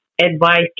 advice